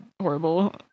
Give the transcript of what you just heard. horrible